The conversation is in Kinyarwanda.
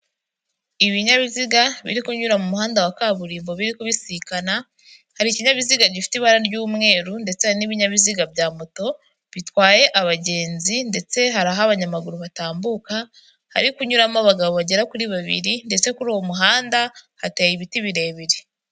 Ibinyabiziga biri kunyura mu muhanda wa kaburimbo biri kubisikana, hari ikinyabiziga gifite ibara ry'umweru ndetse n'ibinyabiziga bya moto bitwaye abagenzi ndetse hari aho abanyamaguru batambuka hari kunyuramo abagabo bagera kuri babiri ndetse kuri uwo muhanda hateye ibiti birebire.